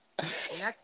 Next